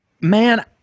Man